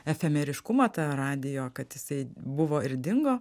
efemeriškumą tą radijo kad jisai buvo ir dingo